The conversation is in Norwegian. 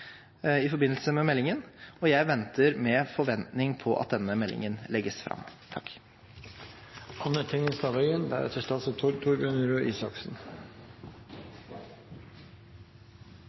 i forbindelse med meldingen. Jeg venter med forventning på at denne meldingen legges fram.